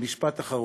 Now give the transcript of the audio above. ומשפט אחרון: